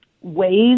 ways